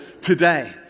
today